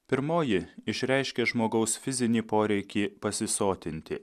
pirmoji išreiškia žmogaus fizinį poreikį pasisotinti